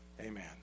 Amen